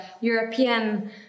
European